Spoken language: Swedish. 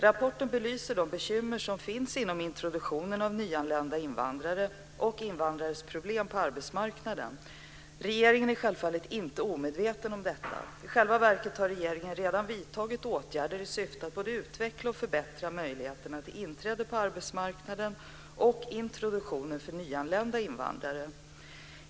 Rapporten belyser de bekymmer som finns inom introduktionen av nyanlända invandrare och invandrares problem på arbetsmarknaden. Regeringen är självfallet inte omedveten om detta. I själva verket har regeringen redan vidtagit åtgärder i syfte att både utveckla och förbättra möjligheterna till inträde på arbetsmarknaden och introduktionen för nyanlända invandrare.